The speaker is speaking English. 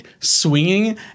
swinging